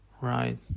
Right